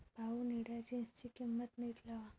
भाऊ, निळ्या जीन्सची किंमत नीट लावा